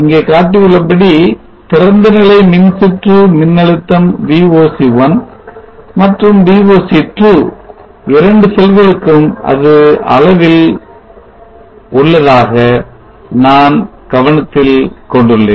இங்கே காட்டப்பட்டுள்ளபடி திறந்தநிலை மின்சுற்று மின்னழுத்தம் VOC1 மற்றும் VOC2 இரண்டு செல்களுக்கும் அது அளவில் உள்ளதாக நான் கவனத்தில் கொண்டுள்ளேன்